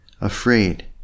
Afraid